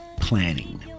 planning